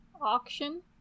auction